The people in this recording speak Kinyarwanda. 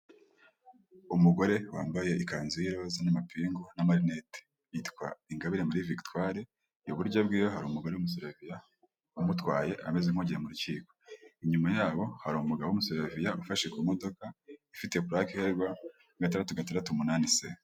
Nta muntu utagira inzozi zo kuba mu nzu nziza kandi yubatse neza iyo nzu iri mu mujyi wa kigali uyishaka ni igihumbi kimwe cy'idolari gusa wishyura buri kwezi maze nawe ukibera ahantu heza hatekanye.